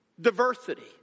diversity